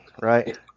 right